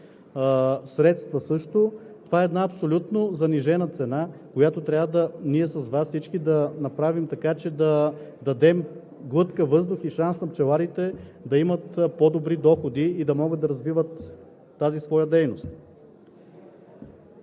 средства също, това е една абсолютно занижена цена, която трябва ние с Вас всички да направим, така че да дадем глътка въздух и шанс на пчеларите да имат по-добри доходи и да могат да развиват тази своя дейност.